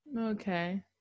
Okay